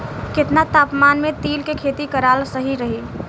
केतना तापमान मे तिल के खेती कराल सही रही?